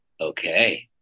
Okay